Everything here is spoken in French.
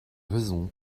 raisons